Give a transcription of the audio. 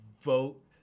vote